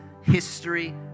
history